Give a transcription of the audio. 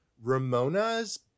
Ramona's